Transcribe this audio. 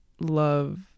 love